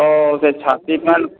ତ ସେ ଛାତି ପେ'ନ୍